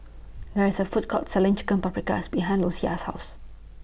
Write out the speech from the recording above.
There IS A Food Court Selling Chicken Paprikas behind Louisa's House